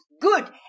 good